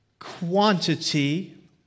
quantity